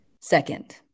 second